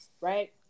right